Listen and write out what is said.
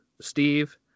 Steve